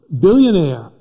billionaire